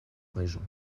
régent